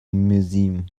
museum